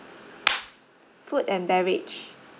food and beverage